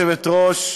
גברתי היושבת-ראש,